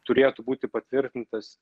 turėtų būti patvirtintas